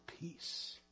peace